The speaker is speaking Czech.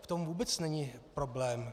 V tom vůbec není problém.